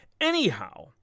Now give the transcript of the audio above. Anyhow